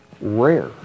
rare